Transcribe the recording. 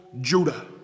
Judah